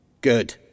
Good